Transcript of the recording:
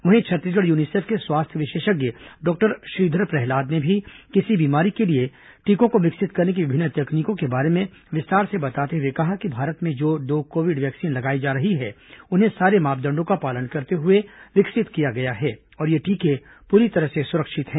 वहीं छत्तीसगढ़ यूनिसेफ के स्वास्थ्य विशेषज्ञ डॉक्टर श्रीधर प्रहलाद ने किसी भी बीमारी के लिए टीकों को विकसित करने की विभिन्न तकनीकों के बारे में विस्तार से बताते हुए कहा कि भारत में जो दो कोविड वैक्सीन लगाई जा रही है उन्हें सारे मापदंडों का पालन करते हुए विकसित किया गया है और ये टीके पूरी तरह से सुरक्षित हैं